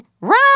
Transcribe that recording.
Run